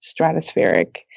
stratospheric